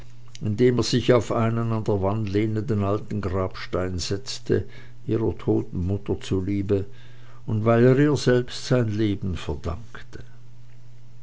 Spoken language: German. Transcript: indem er sich auf einen an der wand lehnenden alten grabstein setzte ihrer toten mutter zuliebe und weil er ihr selbst sein leben verdankte